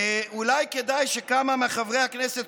אולי כדאי שכמה מחברי הכנסת,